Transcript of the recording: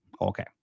Okay